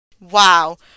Wow